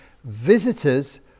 Visitors